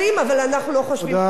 תודה, חברת הכנסת זוארץ.